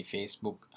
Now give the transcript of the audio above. Facebook